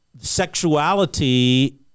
sexuality